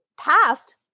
past